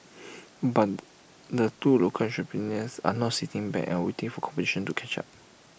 but the two local entrepreneurs are not sitting back and waiting for competition to catch up